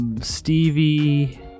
Stevie